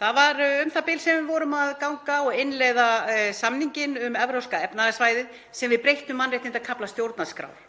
Það var u.þ.b. þegar við vorum að ganga og innleiða samninginn um Evrópska efnahagssvæðið sem við breyttum mannréttindakafla stjórnarskrár.